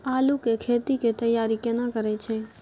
आलू के खेती के तैयारी केना करै छै?